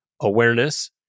awareness